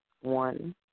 one